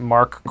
Mark